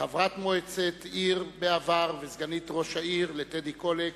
חברת מועצת העיר בעבר וסגנית ראש העיר דאז טדי קולק,